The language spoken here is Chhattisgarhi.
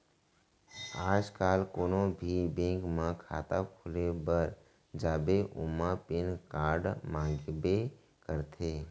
आज काल कोनों भी बेंक म खाता खोले बर जाबे ओमा पेन कारड मांगबे करथे